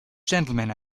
gentlemen